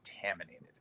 contaminated